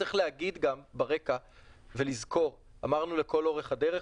צריך להגיד ברקע ולזכור אמרנו לכל אורך הדרך,